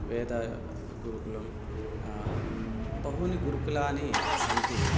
वेदगुरुकुलं बहूनि गुरुकुलानि सन्ति